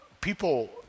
people